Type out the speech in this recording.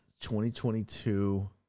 2022